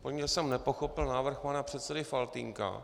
Úplně jsem nepochopil návrh pana předsedy Faltýnka.